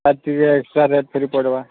ଆଉ ଟିକେ share rate ଖାଲି ପଡ଼ବା